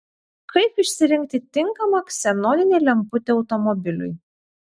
kaip išsirinkti tinkamą ksenoninę lemputę automobiliui